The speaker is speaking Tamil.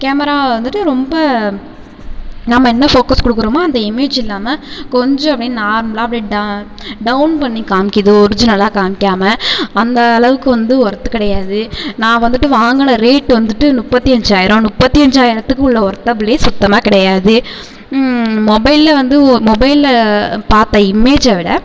கேமரா வந்துட்டு ரொம்ப நம்ம என்ன ஃபோக்கஸ் கொடுக்குறோமோ அந்த இமேஜ் இல்லாமல் கொஞ்சம் அப்படியே நார்மலாக அப்படியே ட டௌன் பண்ணி காமிக்கிது ஒர்ஜினலாக காமிக்காம அந்த அளவுக்கு வந்து ஒர்த்து கிடையாது நான் வந்துட்டு வாங்கின ரேட்டு வந்துட்டு முப்பத்தி அஞ்சாயிரம் முப்பத்தி அஞ்சாயிரத்துக்கு உள்ள ஒர்த்தபுளே சுத்தமாக கிடையாது மொபைல்ல வந்து ஒ மொபைல்ல பார்த்த இமேஜைவிட